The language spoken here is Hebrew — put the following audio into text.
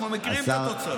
אנחנו מכירים את התוצאות.